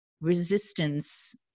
resistance